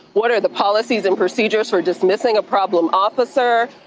what are the policies and procedures for dismissing a problem officer?